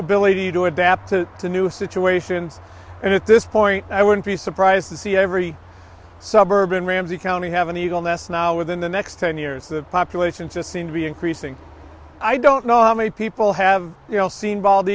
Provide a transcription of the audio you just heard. ability to adapt to to new situations and at this point i wouldn't be surprised to see every suburb in ramsey county have an eagle nest now within the next ten years the population just seem to be increasing i don't know how many people have you know seen bald